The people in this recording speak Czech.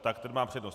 Tak ten má přednost.